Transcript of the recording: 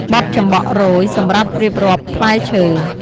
បទចំបក់រោយ សម្រាប់រៀបរាប់ផ្លែឈើ។